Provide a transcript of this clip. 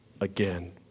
again